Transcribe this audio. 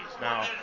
Now